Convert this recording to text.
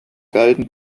galten